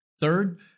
Third